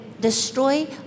destroy